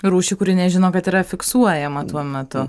rūšį kuri nežino kad yra fiksuojama tuo metu